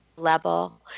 level